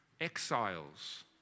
exiles